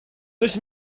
durch